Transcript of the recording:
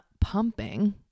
pumping